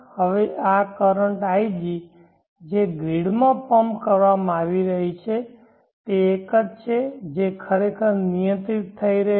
હવે આ current ig જે ગ્રીડમાં પમ્પ કરવામાં આવી રહી છે તે એક છે જે ખરેખર નિયંત્રિત થઈ રહી છે